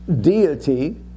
deity